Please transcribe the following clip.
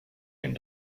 den